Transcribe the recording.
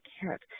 carrot